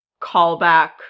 callback